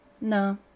No